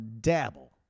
dabble